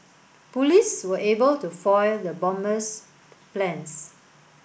police were able to foil the bomber's plans